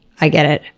i get it,